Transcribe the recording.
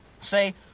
Say